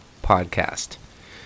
podcast